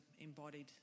embodied